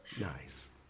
Nice